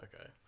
okay